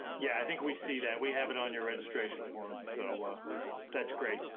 yeah, i think we see that. we have it on your registration form, so that's great.